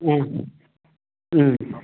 ம் ம்